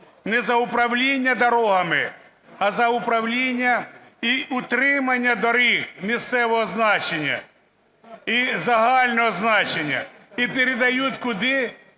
не за управління дорогами, а за управління і утримання доріг місцевого значення, і загального значення. І передають куди?